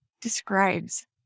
describes